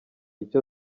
icyo